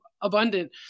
abundant